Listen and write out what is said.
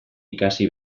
ikasi